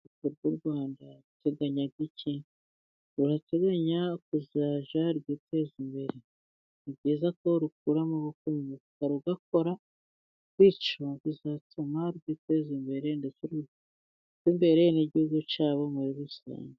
Urubyiruko rw' u Rwanda ruteganya iki rurateganya kuzajya rwiteza imbere, ni byiza ko rukura amaboko mu mufuka rugakora bityo bizatuma rwiteza imbere, ndetse ruteze imbere n'igihugu cyabo muri rusange.